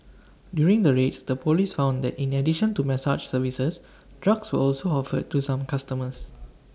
during the raids the Police found that in addition to massage services drugs were also offered to some customers